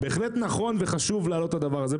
שבהחלט נכון וחשוב להעלות את הדבר הזה.